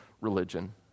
religion